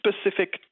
specific